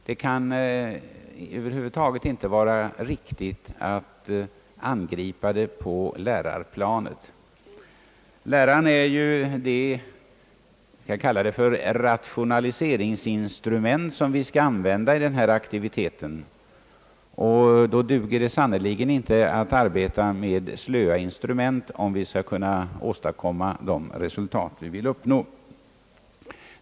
Det kan över huvud taget inte vara riktigt att angripa den frågan på lärarplanet. Läraren är ju vad jag vill kalla för det rationaliseringsinstrument som vi skall använda i den här aktiviteten, och då duger det sannerligen inte att arbeta med slöa instrument, om vi skall kunna åstadkomma det resultat vi vill uppnå.